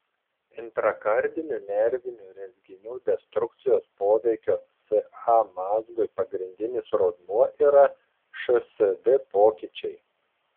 intrakardinių nervinių rezginių destrukcijos poveikio sa mazgui pagrindinis rodmuo yra šsd pokyčiai